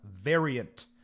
variant